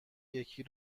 یکی